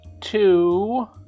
two